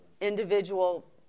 individual